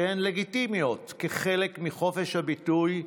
שהן לגיטימיות כחלק מחופש הביטוי,